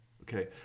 okay